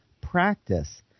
practice